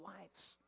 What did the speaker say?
lives